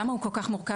למה הוא כל כך מורכב?